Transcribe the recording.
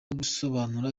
gusobanura